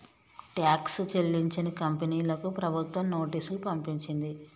tax చెల్లించని కంపెనీలకు ప్రభుత్వం నోటీసులు పంపించింది